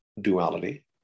duality